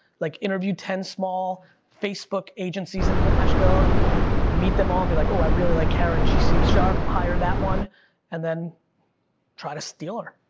like interview ten small facebook agencies in nashville, and meet them all and be like, oh, i really like karen and she seems sharp, hire that one and then try to steal her.